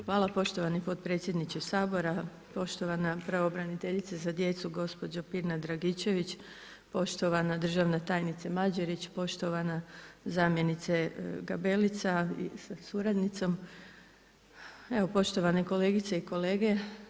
Hvala poštovani potpredsjedniče Sabora, poštovana pravobraniteljice za djecu gospođa Pirnat-Dragičević, poštovana državna tajnice Mađerić, poštovana zamjenice Gabelice sa suradnicom, evo poštovane kolegice i kolege.